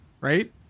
right